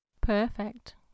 Perfect